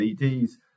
leds